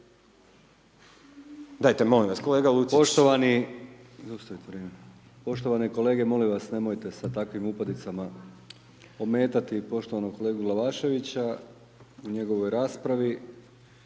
**Brkić, Milijan (HDZ)** Poštovani kolege, molim vas nemojte sa takvim upadicama ometati poštovanog kolegu Glavaševića u njegovoj raspravi